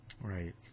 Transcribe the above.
Right